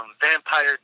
Vampire